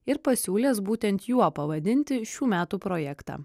ir pasiūlęs būtent juo pavadinti šių metų projektą